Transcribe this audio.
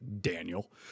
Daniel